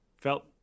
felt